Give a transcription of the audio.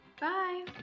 Bye